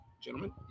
gentlemen